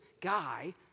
guy